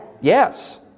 Yes